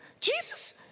Jesus